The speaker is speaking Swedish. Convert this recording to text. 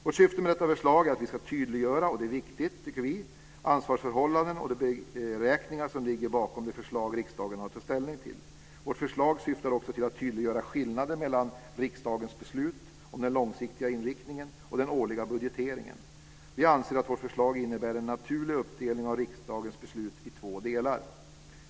Vårt syfte med detta förslag är att vi ska tydliggöra - det är viktigt, tycker vi - ansvarsförhållanden och de beräkningar som ligger bakom de förslag riksdagen har att ta ställning till. Vårt förslag syftar också till att tydliggöra skillnaden mellan riksdagens beslut om den långsiktiga inriktningen och den årliga budgeteringen. Vi anser att vårt förslag innebär en naturlig uppdelning av riksdagens beslut i två delar.